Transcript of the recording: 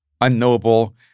unknowable